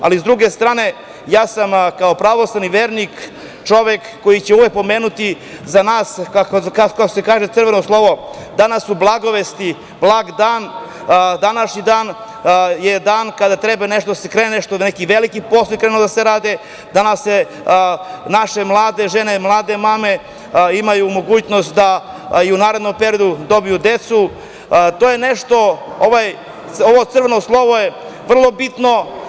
Ali, s druge strane, ja sam kao pravoslavni vernik čovek koji će uvek pomenuti za nas crveno slovo, danas su Blagovesti, blag dan, današnji dan je dan kada treba neki veliki poslovi da se rade, danas naše mlade žene i mlade mame imaju mogućnost da i u narednom periodu dobiju decu i ovo crveno slovo je vrlo bitno.